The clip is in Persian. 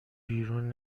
بیرون